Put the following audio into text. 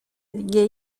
دیگه